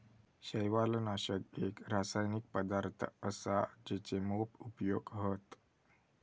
शैवालनाशक एक रासायनिक पदार्थ असा जेचे मोप उपयोग हत